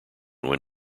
when